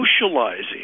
socializing